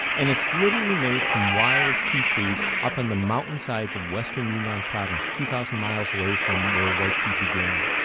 and it's literally made from wild tea trees up on the mountainsides of western yunnan province two thousand miles away from where white tea began.